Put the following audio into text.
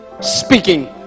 speaking